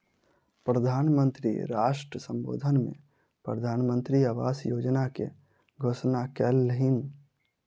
प्रधान मंत्री राष्ट्र सम्बोधन में प्रधानमंत्री आवास योजना के घोषणा कयलह्नि